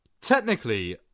Technically